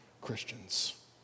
Christians